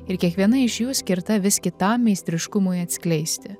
ir kiekviena iš jų skirta vis kitam meistriškumui atskleisti